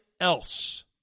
else